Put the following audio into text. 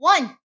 One